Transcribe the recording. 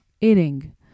eating